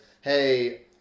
hey